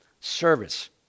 service